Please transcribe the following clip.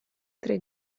tre